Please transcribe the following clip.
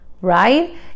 right